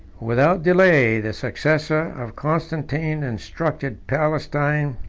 without delay the successor of constantine instructed palestine,